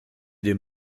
den